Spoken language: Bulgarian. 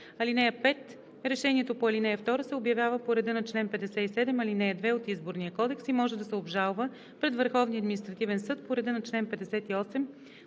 (5) Решението по ал. 2 се обявява по реда на чл. 57, ал. 2 от Изборния кодекс и може да се обжалва пред Върховния административен съд по реда на чл. 58